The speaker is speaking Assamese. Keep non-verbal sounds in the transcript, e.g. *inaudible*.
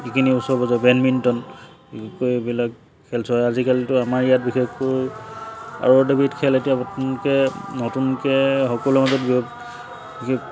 যিখিনি ওচৰে পাজৰে বেডমিণ্টন বিশেষকৈ এইবিলাক খেল চোৱা আজিকালিটো আমাৰ ইয়াত বিশেষকৈ *unintelligible* খেল এতিয়া নতুনকে নতুনকে সকলো মাজত *unintelligible* বিশেষ